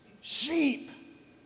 Sheep